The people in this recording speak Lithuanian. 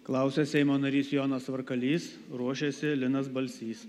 klausia seimo narys jonas varkalys ruošiasi linas balsys